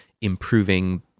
improving